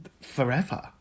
forever